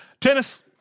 Tennis